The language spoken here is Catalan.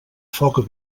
foc